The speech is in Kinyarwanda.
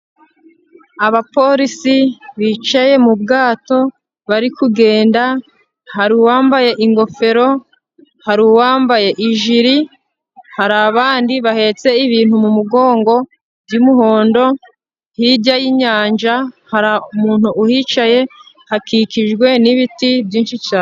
Abapolisi bicaye mu bwato bari kugenda, hari uwambaye ingofero hari uwambaye ijiri, hari abandi bahetse ibintu mu mugongo by'umuhondo hirya y'inyanja hari umuntu uhicaye, hakikijwe n'ibiti byinshi cyane.